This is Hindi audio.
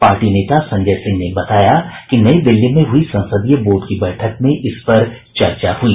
पार्टी नेता संजय सिंह ने बताया कि नई दिल्ली में हुई संसदीय बोर्ड की बैठक में इस पर चर्चा हुई